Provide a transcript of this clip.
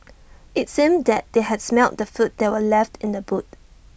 IT seemed that they had smelt the food that were left in the boot